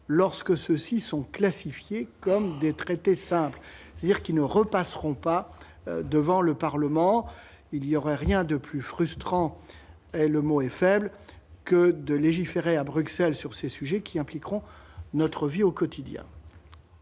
lorsque ces accords sont classifiés comme des traités simples, c'est-à-dire qu'ils ne repasseront pas devant le Parlement. Or il n'y aurait rien de plus frustrant, le mot est faible, qu'on légifère à Bruxelles sur ces sujets, dont l'incidence se fera sentir sur notre vie au quotidien.